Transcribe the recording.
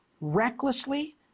recklessly